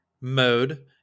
mode